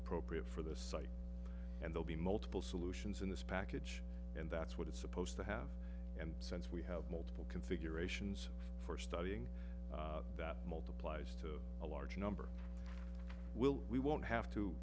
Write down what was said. appropriate for the site and they'll be multiple solutions in this package and that's what it's supposed to have and since we have multiple configurations for studying that multiplies to a large number we'll we won't have to